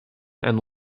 and